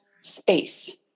space